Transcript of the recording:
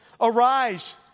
arise